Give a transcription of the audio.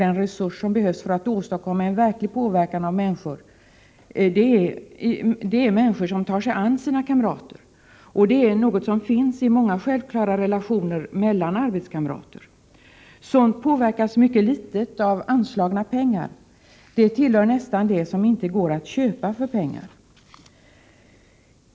Den resurs som behövs för att åstadkomma en verklig påverkan är människor som tar sig an sina kamrater, och det är något som finns i många självklara relationer mellan arbetskamrater. Sådant påverkas mycket litet av anslagna pengar. Det tillhör nästan det som inte går att köpa för pengar.